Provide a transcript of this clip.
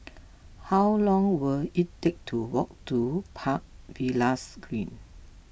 how long will it take to walk to Park Villas Green